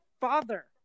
father